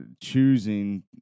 choosing